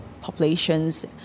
populations